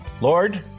Lord